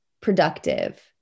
productive